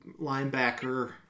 linebacker